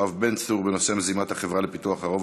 יואב בן צור בנושא: מזימת החברה לפיתוח הרובע